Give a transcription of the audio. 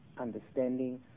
Understanding